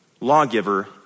lawgiver